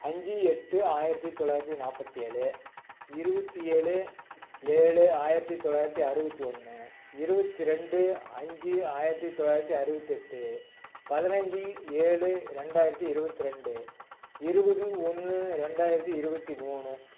அஞ்சு எட்டு ஆயிரத்தி தொள்ளாயிரத்தி நாற்பத்தி ஏழு இருபத்தி ஏழு ஏழு ஆயிரத்தி தொள்ளாயிரத்தி அறுபத்தி ஒன்னு இருபத்தி ரெண்டு அஞ்சு ஆயிரத்தி தொள்ளாயிரத்தி அறுபத்தி எட்டு பதினஞ்சி ஏழு ரெண்டாயிரத்தி இருபத்தி ரெண்டு இருபது ஒன்று ரெண்டாயிரத்தி இருபத்தி மூணு